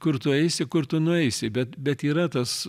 kur tu eisi kur tu nueisi bet bet yra tas